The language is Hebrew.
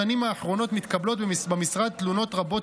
בשנים האחרונות מתקבלות במשרד תלונות רבות